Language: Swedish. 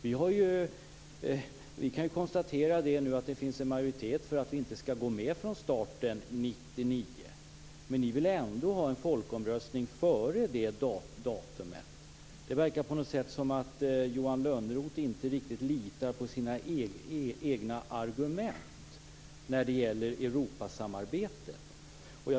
Vi kan konstatera att det finns en majoritet för att Sverige inte skall vara med från starten 1999. Men ni vill ändå ha en folkomröstning före det datumet. Det verkar som om Johan Lönnroth inte riktigt litar på sina egna argument när det gäller Europasamarbetet.